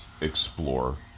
Explore